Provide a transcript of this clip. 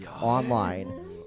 online